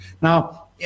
Now